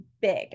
big